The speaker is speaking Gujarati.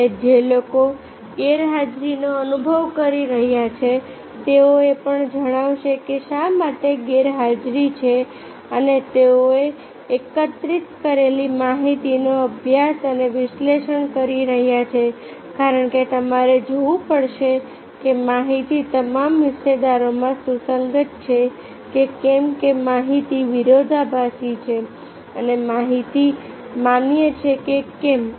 અને જે લોકો ગેરહાજરીનો અનુભવ કરી રહ્યા છે તેઓ એ પણ જણાવશે કે શા માટે ગેરહાજરી છે અને તેઓએ એકત્રિત કરેલી માહિતીનો અભ્યાસ અને વિશ્લેષણ કરી રહ્યા છે કારણ કે તમારે જોવું પડશે કે માહિતી તમામ હિસ્સેદારોમાં સુસંગત છે કે કેમ કે માહિતી વિરોધાભાસી છે અને માહિતી માન્ય છે કે કેમ